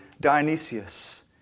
Dionysius